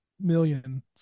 million